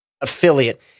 affiliate